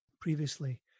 previously